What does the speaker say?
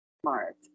Smart